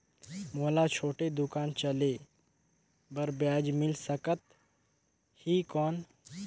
मोला छोटे दुकान चले बर ब्याज मिल सकत ही कौन?